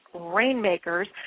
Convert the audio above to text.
rainmakers